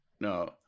No